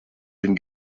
den